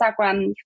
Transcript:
Instagram